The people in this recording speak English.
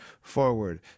forward